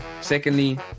secondly